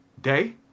day